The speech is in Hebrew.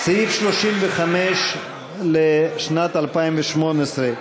סעיף 35 לשנת 2018,